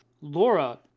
Laura